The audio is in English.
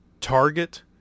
Target